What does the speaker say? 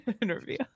interview